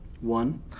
One